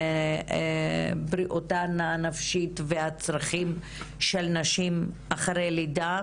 בריאותן הנפשית והצרכים של נשים אחרי לידה,